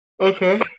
Okay